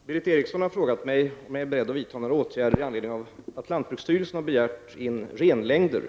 Herr talman! Berith Eriksson har frågat mig om jag är beredd att vidta några åtgärder i anledning av att lantbruksstyrelsen begärt in renlängder